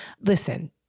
Listen